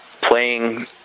playing